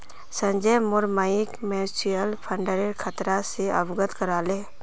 संजय मोर मइक म्यूचुअल फंडेर खतरा स अवगत करा ले